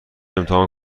امتحان